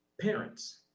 parents